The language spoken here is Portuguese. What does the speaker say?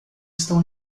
estão